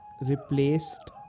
replaced